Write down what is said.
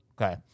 Okay